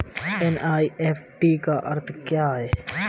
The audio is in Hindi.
एन.ई.एफ.टी का अर्थ क्या है?